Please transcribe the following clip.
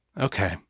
Okay